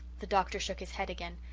the doctor shook his head again,